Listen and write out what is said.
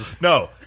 No